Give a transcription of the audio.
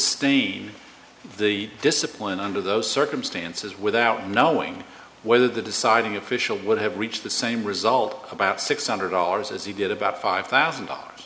sustain the discipline under those circumstances without knowing whether the deciding official would have reached the same result about six hundred dollars as he did about five thousand dollars